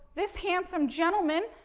this handsome gentleman,